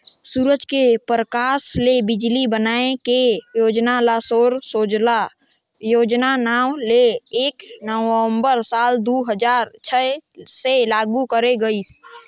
सूरज के परकास ले बिजली बनाए के योजना ल सौर सूजला योजना नांव ले एक नवंबर साल दू हजार छै से लागू करे गईस